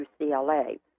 UCLA